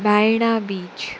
Baina beach